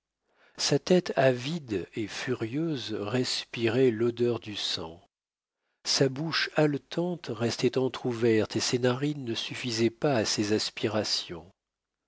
sa tête avide et furieuse respirait l'odeur du sang sa bouche haletante restait entr'ouverte et ses narines ne suffisaient pas à ses aspirations